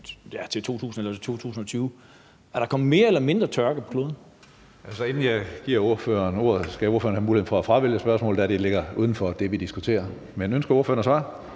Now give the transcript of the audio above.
eller 2020? Er der kommet mere eller mindre tørke på kloden?